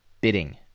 bidding